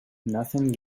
nothing